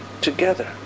together